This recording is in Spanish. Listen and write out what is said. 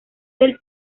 del